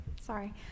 Sorry